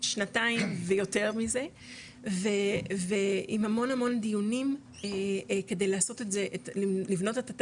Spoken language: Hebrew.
שנתיים ויותר מזה ועם המון המון דיונים כדי לבנות את ה'תנ"ך'